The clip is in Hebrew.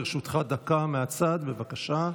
לרשותך דקה מהצד, בבקשה.